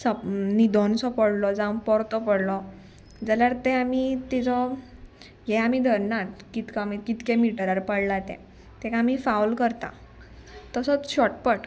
न्हिदोनसो पडलो जावं परतो पडलो जाल्यार ते आमी तेजो हे आमी धरनात कितके कितके मिटरार पडला ते तेका आमी फावल करता तसोच शॉटपट